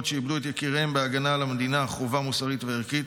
שאיבדו את יקיריהן בהגנה על המדינה חובה מוסרית וערכית.